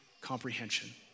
comprehension